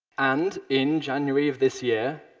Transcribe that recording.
and in january of this year,